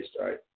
right